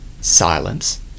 silence